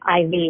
IV